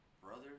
brother